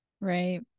Right